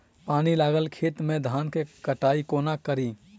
पानि लागल खेत मे धान केँ कटाई कोना कड़ी?